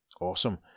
Awesome